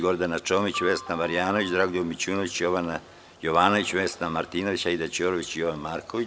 Gordana Čomić, Vesna Marjanović, Dragoljub Mićunović, Jovana Jovanović, Vesna Martinović, Aida Ćorović i Jovan Marković.